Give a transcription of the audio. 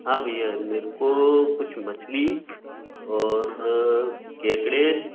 हाँ भैया मेरे को मछली और केकड़े